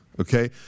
okay